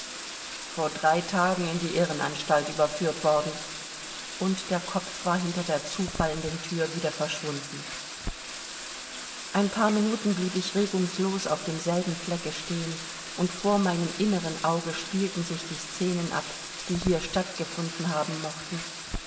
vor drei tagen in die irrenanstalt überführt worden und der kopf war hinter der zufallenden thür wieder verschwunden ein paar minuten blieb ich regungslos auf demselben flecke stehen und vor meinem inneren auge spielten sich die szenen ab die hier stattgefunden haben mochten